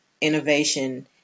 Innovation